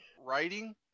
Writing